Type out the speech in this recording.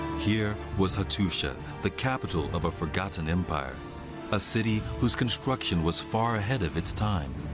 here was hattusha, the capital of a forgotten empire a city whose construction was far ahead of its time.